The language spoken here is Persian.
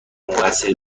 مقصر